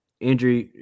Andrew